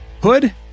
Hood